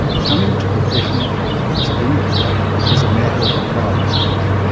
coming to professional competence of any kind is a matter of applied knowledge,